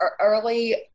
early